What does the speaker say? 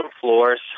floors